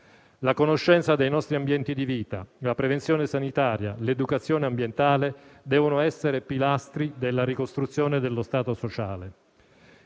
La conoscenza dei nostri ambienti di vita, la prevenzione sanitaria e l'educazione ambientale devono essere pilastri della ricostruzione dello stato sociale.